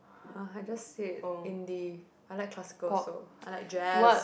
!huh! I just said Indie I like classical also I like Jazz